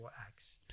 acts